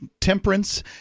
temperance